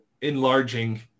enlarging